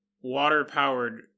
water-powered